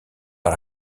par